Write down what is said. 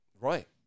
Right